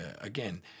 again